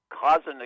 causing